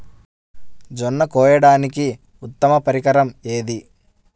జొన్న కోయడానికి ఉత్తమ పరికరం ఏది?